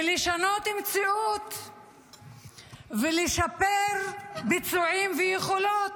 לשנות מציאות ולשפר ביצועים ויכולות,